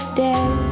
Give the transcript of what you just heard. dead